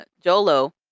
Jolo